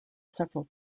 several